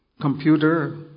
computer